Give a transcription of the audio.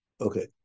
Okay